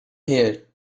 here